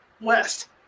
west